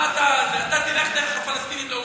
מה אתה, אתה תלך, אחרי זה תדבר.